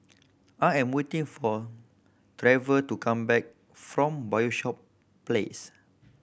I am waiting for Trever to come back from Bishop Place